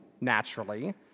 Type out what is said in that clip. naturally